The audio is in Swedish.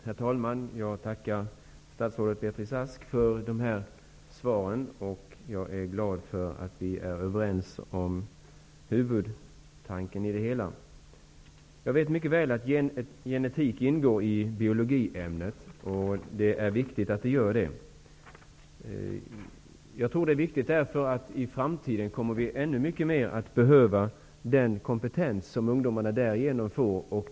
Herr talman! Jag tackar statsrådet för svaret. Det gläder mig att vi är överens om huvudtanken i det hela. Jag är väl medveten om att genetik ingår i ämnet biologi, vilket är viktigt därför att jag tror att vi i framtiden kommer att behöva den kompetens som ungdomarna därigenom får.